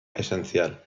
esencial